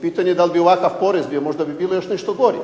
Pitanje je dal bi ovakav porez bio, možda bi bilo još nešto gore,